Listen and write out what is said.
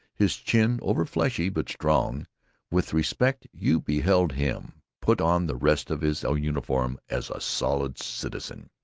his chin overfleshy but strong with respect you beheld him put on the rest of his uniform as a solid citizen.